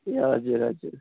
ए हजुर हजुर